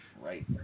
right